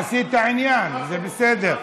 עשית עניין, זה בסדר.